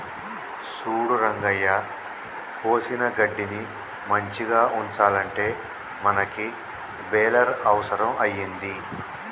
సూడు రంగయ్య కోసిన గడ్డిని మంచిగ ఉంచాలంటే మనకి బెలర్ అవుసరం అయింది